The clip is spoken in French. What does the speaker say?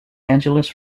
angeles